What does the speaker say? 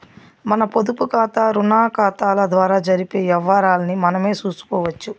మన పొదుపుకాతా, రుణాకతాల ద్వారా జరిపే యవ్వారాల్ని మనమే సూసుకోవచ్చు